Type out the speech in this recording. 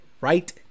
right